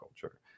culture